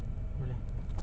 boleh